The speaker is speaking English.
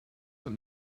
what